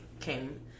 came